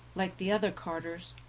like the other carters,